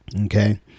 okay